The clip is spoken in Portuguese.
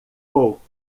folk